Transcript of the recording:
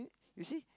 you see